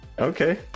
Okay